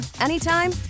anytime